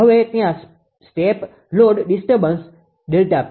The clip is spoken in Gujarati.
હવે ત્યાં સ્ટેપ લોડ ડિસ્ટર્બન્સ ΔPl 0